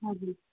हजुर